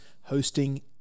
hosting